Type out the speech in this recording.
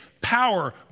Power